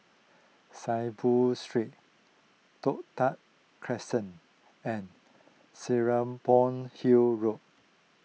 Saiboo Street Toh Tuck Crescent and Serapong Hill Road